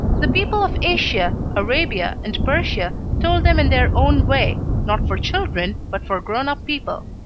the people of asia, arabia, and persia told them in their own way, not for children, but for grown-up people.